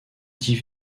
dix